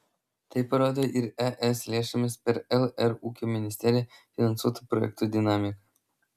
tai parodo ir es lėšomis per lr ūkio ministeriją finansuotų projektų dinamika